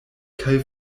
kaj